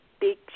big